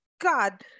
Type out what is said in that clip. God